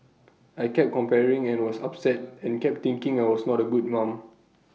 I kept comparing and was upset and kept thinking I was not A good mum